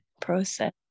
process